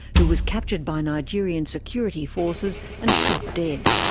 who was captured by nigerian security forces and shot dead.